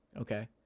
Okay